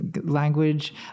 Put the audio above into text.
language